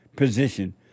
position